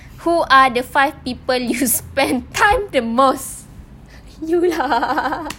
who are the five people you spend time the most you lah